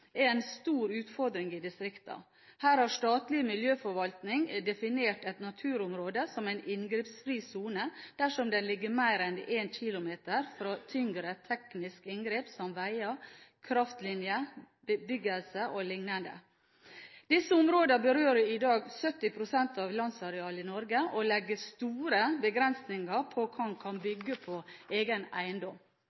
Her har statlig miljøforvaltning definert et naturområde som en inngrepsfri sone dersom den ligger mer enn 1 km fra tyngre tekniske inngrep som veier, kraftlinjer, bebyggelse o.l. Disse områdene berører i dag 70 pst. av landarealet i Norge og legger store begrensninger på hva man kan